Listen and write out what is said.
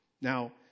Now